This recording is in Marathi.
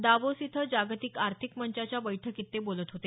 दावोस इथं जागतिक आर्थिक मंचाच्या बैठकीत ते बोलत होते